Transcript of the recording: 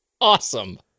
awesome